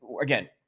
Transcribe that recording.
again